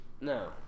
No